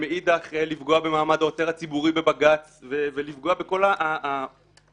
ומאידך לפגוע במעמד העותר הציבורי בבג"ץ ולפגוע בכל היכולת